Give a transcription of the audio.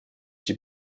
die